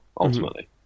ultimately